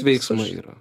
veiksmai yra